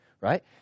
right